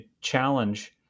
challenge